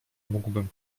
mógłbym